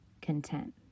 content